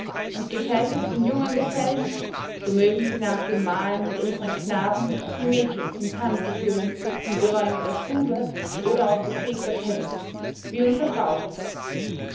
und gefällt es den jungen gesellen so mögen sie nach dem mahl mit unseren knaben die mädchen zum tanze führen in geräumiger stube oder auf gefegter tenne wie unser brauch ist